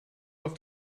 auf